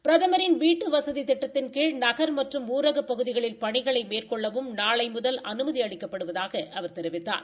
பிரதமரின் வீட்டுவசதி திட்டத்தின் கீழ் நகர் மற்றும் ஊரகப் பகுதிகளில் பணிகளை மேற்கொள்ளவும் நாளை முதல் அனுமதி அளிக்கப்படுவதாக அவர் தெரிவித்தார்